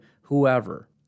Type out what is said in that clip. whoever